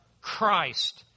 Christ